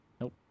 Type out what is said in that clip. Nope